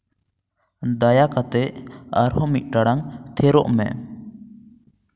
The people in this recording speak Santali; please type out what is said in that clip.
ᱫᱟᱭᱟ ᱠᱟᱛᱮᱫ ᱟᱨᱦᱚᱸ ᱢᱤᱫ ᱴᱟᱲᱟᱝ ᱛᱷᱤᱨᱚᱜ ᱢᱮ